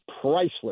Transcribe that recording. priceless